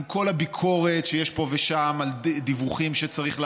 עם כל הביקורת שיש פה ושם על דיווחים שצריך לעשות,